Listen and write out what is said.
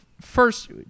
first